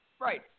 Right